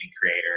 creator